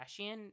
Kardashian